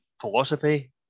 philosophy